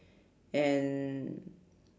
and